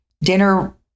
Dinner